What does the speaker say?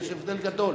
יש הבדל גדול.